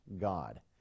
God